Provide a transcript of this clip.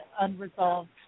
unresolved